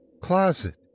Closet